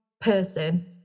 person